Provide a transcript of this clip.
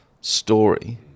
story